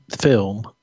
film